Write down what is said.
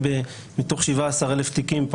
מתוך 17 אלף תיקים,